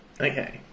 Okay